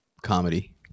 comedy